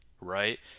right